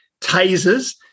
tasers